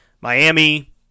Miami